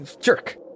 jerk